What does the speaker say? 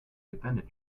defendant